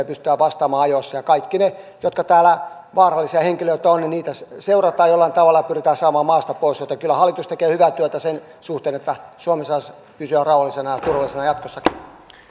pystytään vastaamaan ajoissa ja kaikkia niitä jotka täällä vaarallisia henkilöitä ovat seurataan jollain tavalla ja pyritään saamaan maasta pois joten kyllä hallitus tekee hyvää työtä sen suhteen että suomi saisi pysyä rauhallisena ja turvallisena jatkossakin